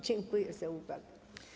Dziękuję za uwagę.